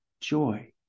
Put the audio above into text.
joy